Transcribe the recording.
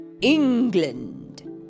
England